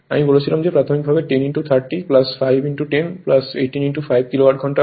আমি বলেছিলাম যে প্রাথমিকভাবে 10 30 5 10 18 5 কিলোওয়াট ঘন্টা হয়